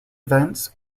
events